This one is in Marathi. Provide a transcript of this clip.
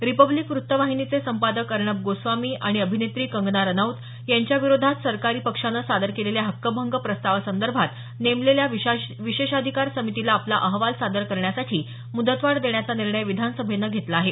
रिपब्लिक वृत्तवाहिनीचे संपादक अर्णब गोस्वामी आणि अभिनेत्री कंगना रनौत यांच्याविरुद्ध सरकारी पक्षानं सादर केलेल्या हक्कभंग प्रस्तावासंदर्भात नेमलेल्या विशेषाधिकार समितीला आपला अहवाल सादर करणयासाठी मुदतवाढ देण्याचा निर्णय विधानसभेनं घेतला आहे